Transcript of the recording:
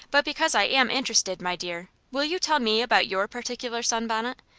but because i am interested, my dear, will you tell me about your particular sunbonnet?